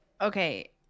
Okay